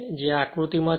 જે આ આકૃતિમાં છે